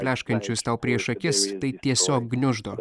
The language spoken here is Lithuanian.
pleškančius tau prieš akis tai tiesiog gniuždo